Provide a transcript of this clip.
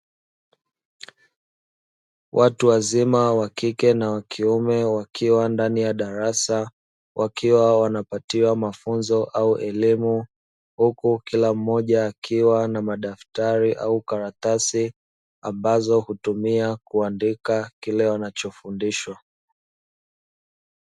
Watu wazima, wa kike na wa kiume, wakiwa ndani ya darasa. Wakiwa wanapatiwa mafunzo au elimu, huku kila mmoja akiwa na madaftari au karatasi, ambazo hutumia kuandikia kile wanachofundishwa.